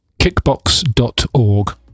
kickbox.org